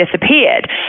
disappeared